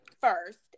first